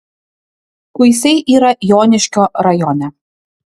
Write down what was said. kuisiai yra joniškio rajone